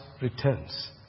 returns